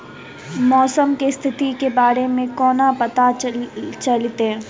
मौसम केँ स्थिति केँ बारे मे कोना पत्ता चलितै?